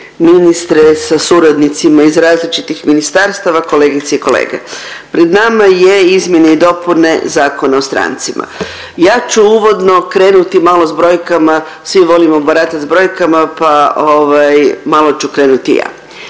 ministre sa suradnicima iz različitih ministarstava, kolegice i kolege. Pred nama je izmjene i dopune Zakona o strancima. Ja ću uvodno krenuti malo s brojkama, svi volimo baratat s brojkama, pa ovaj malo ću krenuti i ja.